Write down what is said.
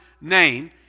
name